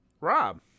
Rob